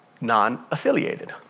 non-affiliated